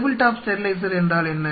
table top steriliser என்றால் என்ன